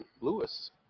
Lewis